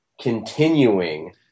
continuing